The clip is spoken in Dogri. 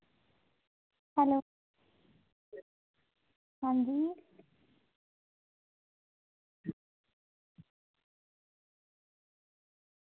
हैलो आं जी